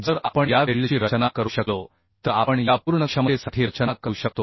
जर आपण या वेल्डची रचना करू शकलो तर आपण या पूर्ण क्षमतेसाठी रचना करू शकतो